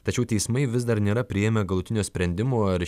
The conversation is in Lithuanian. tačiau teismai vis dar nėra priėmę galutinio sprendimo ar